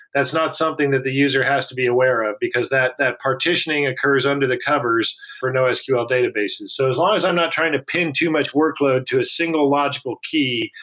that's not something that the user has to be aware of, because that that partitioning occurs under the covers for nosql databases. so as long as i'm not trying to pin too much workload to a single logical key,